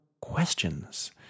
questions